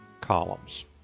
columns